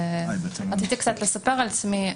רציתי קצת לספר על עצמי.